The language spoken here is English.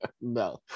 No